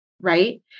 right